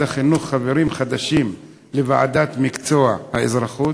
החינוך חברים חדשים לוועדת מקצוע האזרחות?